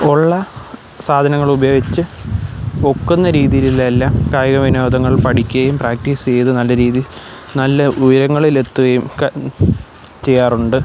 ഉള്ള സാധനങ്ങൾ ഉപയോഗിച്ചു ഒക്കുന്ന രീതിയിൽ എല്ലാ കായിക വിനോദങ്ങൾ പഠിക്കുകയും പ്രാക്റ്റീസ് ചെയ്തു നല്ല രീതി നല്ല ഉയരങ്ങളിലെത്തുകയും ഒക്കെ ചെയ്യാറുണ്ട്